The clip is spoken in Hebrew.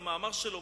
במאמר שלו,